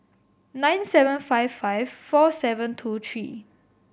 nine seven five five four seven two three